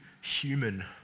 human